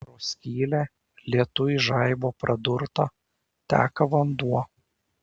pro skylę lietuj žaibo pradurtą teka vanduo